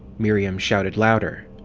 miriam shouted louder.